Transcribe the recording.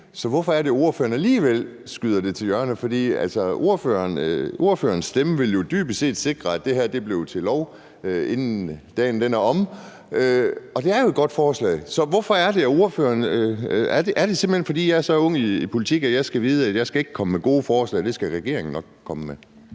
Så hvorfor er det, at ordføreren alligevel skyder det til hjørne? For ordførerens stemme ville jo dybest set sikre, at det her blev til lov, inden dagen er omme, og det er jo et godt forslag. Så hvorfor er det sådan? Er det simpelt hen, fordi jeg er så ung i politik, at jeg skal vide, at jeg ikke skal komme med gode forslag, for det skal regeringen nok komme med?